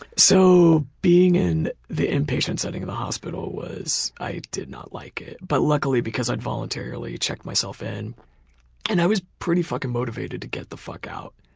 so being in the inpatient setting in the hospital was, i did not like it. but because i had voluntarily checked myself in and i was pretty fucking motivated to get the fuck out.